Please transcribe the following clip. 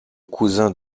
cousin